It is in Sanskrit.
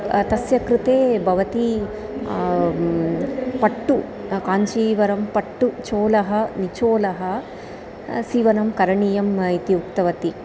तस्य कृते भवती पट्टु काञ्चीवरं पट्टु चोलः निचोलः सीवनं करणीयम् इति उक्तवती